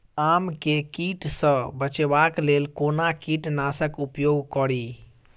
आम केँ कीट सऽ बचेबाक लेल कोना कीट नाशक उपयोग करि?